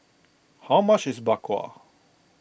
how much is Bak Kwa